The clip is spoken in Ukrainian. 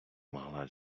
могла